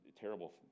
terrible